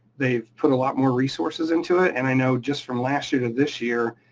they've put a lot more resources into it, and i know just from last year to this year,